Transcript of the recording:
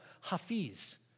hafiz